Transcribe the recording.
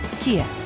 Kia